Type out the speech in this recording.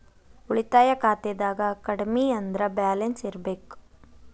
ಉಳಿತಾಯ ಖಾತೆದಾಗ ಕಡಮಿ ಅಂದ್ರ ಬ್ಯಾಲೆನ್ಸ್ ಇರ್ಬೆಕ್